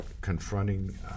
confronting